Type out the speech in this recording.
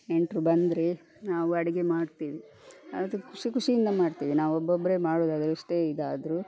ನೆಂಟರು ಬಂದರೆ ನಾವು ಅಡುಗೆ ಮಾಡ್ತೀವಿ ಅದು ಖುಷಿ ಖುಷಿಯಿಂದ ಮಾಡ್ತೀವಿ ನಾವು ಒಬ್ಬೊಬ್ಚರೆ ಮಾಡುವುದಾದ್ರು ಎಷ್ಟೇ ಇದಾದರೂ